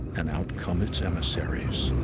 and out come its emissaries.